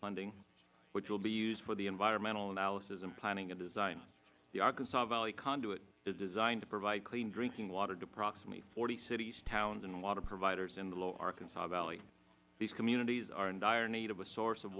funding which will be used for the environment analysis and planning and design the arkansas valley conduit is designed to provide clean drinking water to approximately forty cities towns and water providers in the low arkansas valley these communities are in dire need of a source of